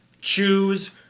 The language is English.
Choose